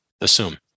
assume